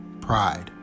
pride